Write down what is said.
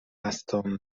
مستان